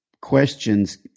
questions